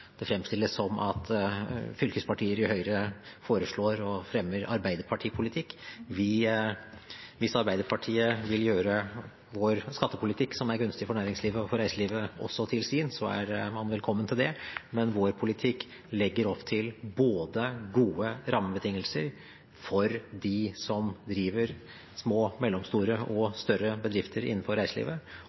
det fremstilles som at fylkespartier i Høyre foreslår og fremmer arbeiderpartipolitikk. Hvis Arbeiderpartiet vil gjøre vår skattepolitikk, som er gunstig for næringslivet og for reiselivet, også til sin, er man velkommen til det, men vår politikk legger opp til både gode rammebetingelser for dem som driver små, mellomstore og større bedrifter innenfor reiselivet,